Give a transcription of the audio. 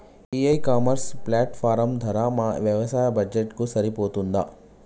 ఈ e commerce platform ధర మా వ్యవసాయ బడ్జెట్ కు సరిపోతుందా?